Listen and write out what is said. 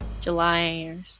July